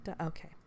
Okay